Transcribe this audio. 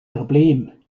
problem